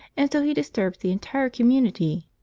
and so he disturbs the entire community.